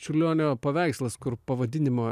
čiurlionio paveikslas kur pavadinimo